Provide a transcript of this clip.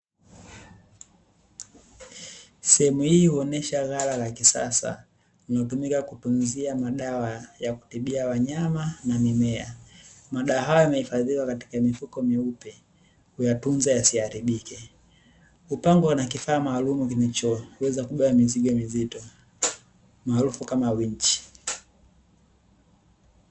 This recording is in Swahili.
Sehemu hii huonesha ghala la kisasa, linalotumika kutunzia madawa ya kutibia wanyama na mimea. Madawa haya yamehifadhiwa katika mifuko myeupe kuyatunza yasiharibike. Hupangwa na kifaa maalumu kinachoweza kubeba mizigo mizito maarufu kama winchi